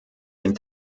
den